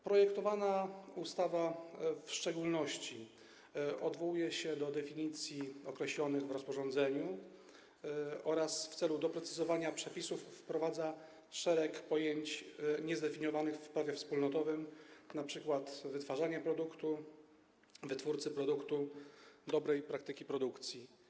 Projektowana ustawa w szczególności odwołuje się do definicji określonych w rozporządzeniu oraz w celu doprecyzowania przepisów wprowadza szereg pojęć niezdefiniowanych w prawie wspólnotowym, np. wytwarzanie produktu, wytwórca produktu, dobra praktyka produkcji.